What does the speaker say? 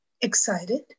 excited